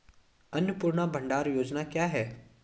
अन्नपूर्णा भंडार योजना क्या है?